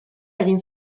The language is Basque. egin